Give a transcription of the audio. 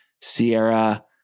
Sierra